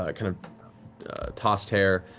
ah kind of tossed hair.